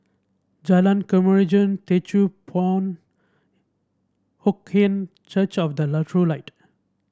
Jalan Kemajuan Teochew Poit Ip Huay Kuan Church of the True Light